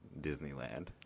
Disneyland